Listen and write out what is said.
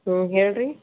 ಹ್ಞೂ ಹೇಳಿ ರೀ